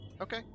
Okay